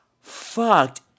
fucked